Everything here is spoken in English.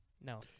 No